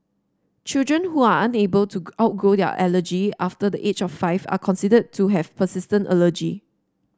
children who are unable to outgrow their allergy after the age of five are considered to have persistent allergy